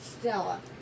Stella